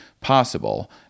possible